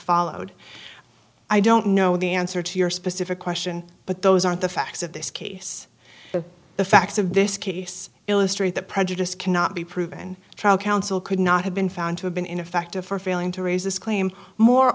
followed i don't know the answer to your specific question but those aren't the facts of this case the facts of this case illustrate that prejudice cannot be proven trial counsel could not have been found to have been ineffective for failing to raise this claim more